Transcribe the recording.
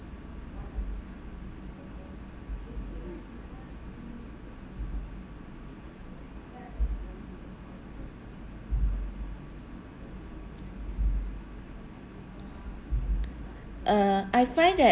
uh I find that